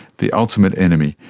the ultimate enemy,